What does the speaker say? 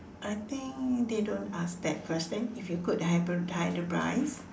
I think they don't ask that question if you could hybrid~ hybridise